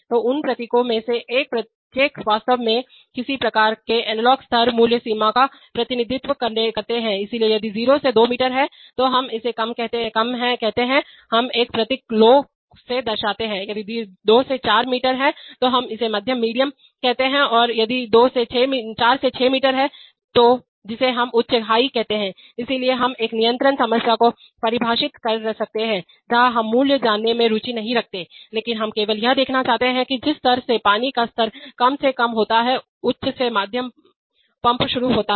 तो उन प्रतीकों में से एक प्रत्येक वास्तव में किसी प्रकार के एनालॉग स्तर मूल्य सीमा का प्रतिनिधित्व करते हैं इसलिए यदि यह 0 से 2 मीटर है तो हम इसे कम कहते हैं हम एक प्रतीक लो से दर्शाते हैं यदि यह 2 से 4 मीटर है तो हम इसे मध्यम मीडियम कहते हैं और यदि इसे 4 से 6 मीटर है जिसे हम उच्चहाई कहते हैं इसलिए हम एक नियंत्रण समस्या को परिभाषित कर सकते हैं जहां हम मूल्य जानने में रुचि नहीं रखते हैं लेकिन हम केवल यह देखना चाहते हैं कि जिस स्तर से पानी का स्तर कम से कम होता है उच्च से मध्यम पंप शुरू होता है